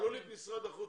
תעלו לי את משרד החוץ.